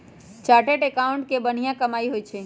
chartered accountant के बनिहा कमाई होई छई